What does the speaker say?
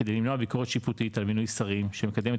כדי למנוע ביקורת שיפוטית על מינוי שרים שמקדמת